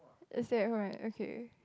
is that right okay